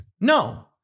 No